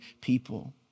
people